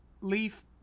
Leaf